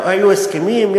היו הסכמים.